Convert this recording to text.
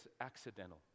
accidental